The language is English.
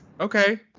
okay